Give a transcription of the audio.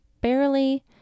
barely